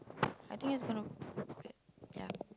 I think it's gonna yeah